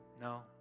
No